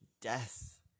death